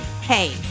Hey